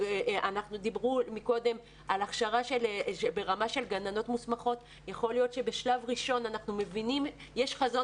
דיברו קודם על הכשרה ברמה של גננות מוסמכות ואנחנו מבינים - יש חזון